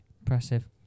Impressive